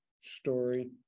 story